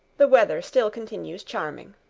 the weather still continues charming